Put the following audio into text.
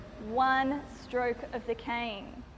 one stroke of the cane.